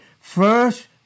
first